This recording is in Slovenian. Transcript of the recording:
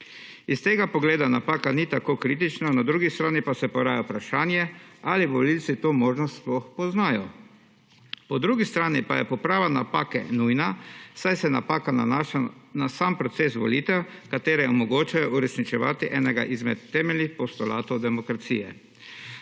Iz tega pogleda napaka ni tako kritična, na drugi strani pa se poraja vprašanje ali volivci to možnost sploh poznajo. Po drugi strani pa je poprava napake nujna, saj se napaka nanaša na sam proces volitev, katere omogočajo uresničevati enega izmed temeljnih postulatov demokracije.